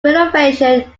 renovation